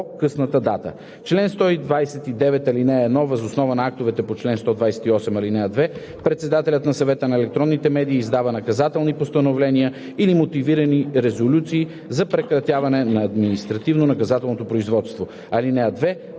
по-късната дата. Чл. 129. (1) Въз основа на актовете по чл. 128, ал. 2 председателят на Съвета за електронни медии издава наказателни постановления или мотивирани резолюции за прекратяване на административнонаказателното производство. (2)